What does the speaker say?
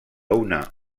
una